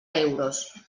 euros